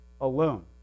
alone